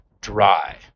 dry